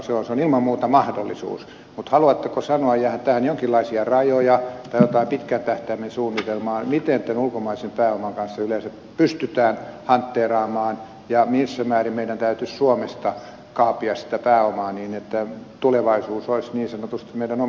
se on ilman muuta mahdollisuus mutta haluatteko sanoa tähän jonkinlaisia rajoja tai jotain pitkän tähtäimen suunnitelmaa miten tämän ulkomaisen pääoman kanssa yleensä pystytään hanteeraamaan ja missä määrin meidän täytyisi suomesta kaapia sitä pääomaa niin että tulevaisuus olisi niin sanotusti meidän omissa käsissämme